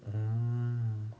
mm